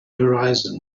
horizon